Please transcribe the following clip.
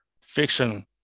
fiction